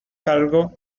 cargo